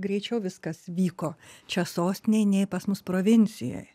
greičiau viskas vyko čia sostinėj nei pas mus provincijoj